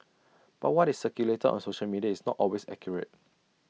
but what is circulated on social media is not always accurate